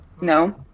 No